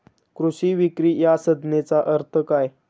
कृषी विक्री या संज्ञेचा अर्थ काय?